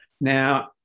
Now